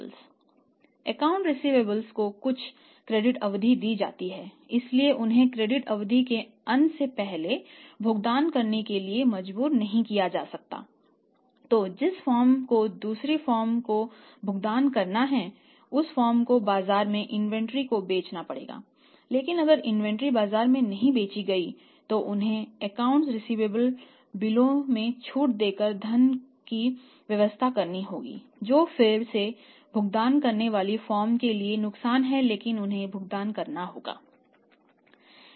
अब उनके पास दो संपत्तियां बिलों में छूट देकर धन की व्यवस्था करनी होगी जो फिर से भुगतान करने वाली फर्म के लिए नुकसान है लेकिन उन्हें भुगतान करना होगा